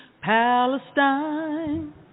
Palestine